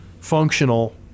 functional